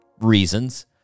reasons